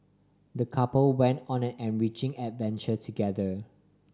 the couple went on an enriching adventure together